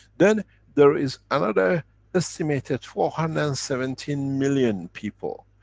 then there is another estimated four hundred and seventeen million people,